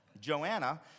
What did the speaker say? Joanna